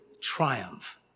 triumph